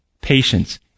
patience